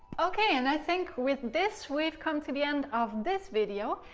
okay, and i think with this we've come to the end of this video,